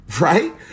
right